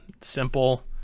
simple